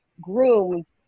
groomed